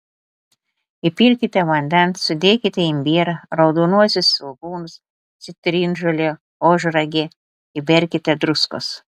įpilkite vandens sudėkite imbierą raudonuosius svogūnus citrinžolę ožragę įberkite druskos